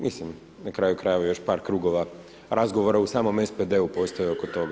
Mislim na kraju kraljeva još par krugova razgovora u samom SPD-u postoje oko toga.